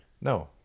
No